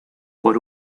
por